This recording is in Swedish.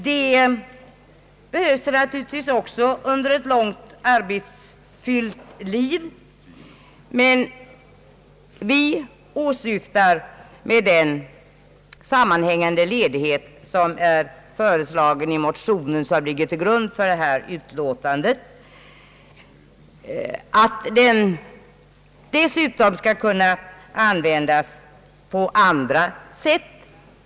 Det behövs naturligtvis också vila under ett långt arbetsfyllt liv, men vi åsyftar med den sammanhängande ledighet som är föreslagen i motionen att den även skall kunna användas på andra sätt.